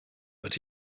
but